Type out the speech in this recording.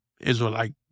Israelite